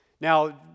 Now